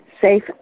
safe